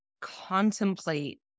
contemplate